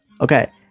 Okay